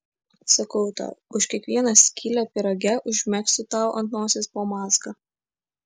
sakau tau už kiekvieną skylę pyrage užmegsiu tau ant nosies po mazgą